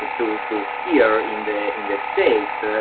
ah to to here in the in the states.